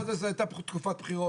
הטעם הזה שזה היה בתקופת בחירות,